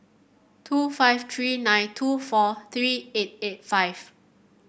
two five three nine two four three eight eight five